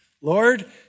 Lord